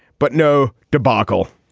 but no debacle.